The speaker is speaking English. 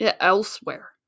elsewhere